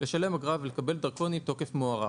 לשלם אגרה ולקבל דרכון עם תוקף מוארך.